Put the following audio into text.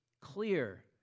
clear